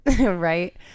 Right